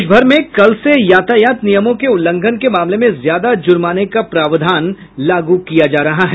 देशभर में कल से यातायात नियमों के उल्लंघन के मामले में ज्यादा जुर्माने का प्रावधान लागू किया जा रहा है